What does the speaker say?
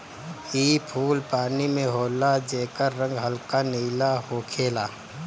इ फूल पानी में होला जेकर रंग हल्का नीला होखेला